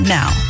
now